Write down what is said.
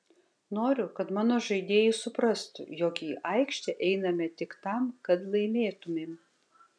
noriu kad mano žaidėjai suprastų jog į aikštę einame tik tam kad laimėtumėm